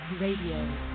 Radio